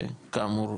שכאמור,